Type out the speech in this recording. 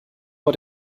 vor